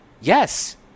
Yes